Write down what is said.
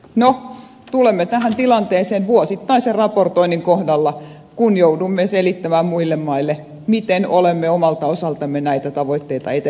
no tulemme tähän tilanteeseen vuosittaisen raportoinnin kohdalla kun joudumme selittämään muille maille miten olemme omalta osaltamme näitä tavoitteita eteenpäin vieneet